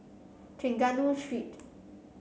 Trengganu Street